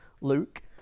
Luke